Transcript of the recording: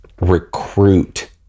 recruit